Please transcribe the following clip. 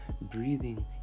breathing